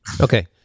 Okay